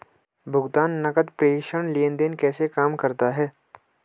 भुगतान नकद प्रेषण लेनदेन कैसे काम करता है?